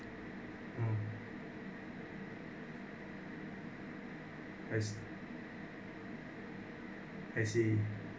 mm I see I see